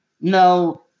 no